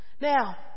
Now